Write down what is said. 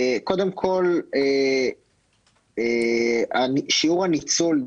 קודם כל, לגבי שיעור הניצול.